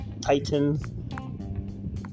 Titan